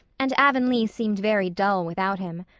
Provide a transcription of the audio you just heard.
and avonlea seemed very dull without him.